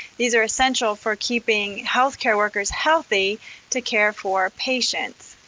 these are essential for keeping healthcare workers healthy to care for patients.